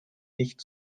nicht